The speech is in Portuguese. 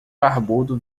barbudo